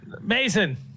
Mason